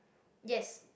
yes